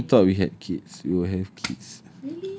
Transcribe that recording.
didn't even thought we had kids we will have kids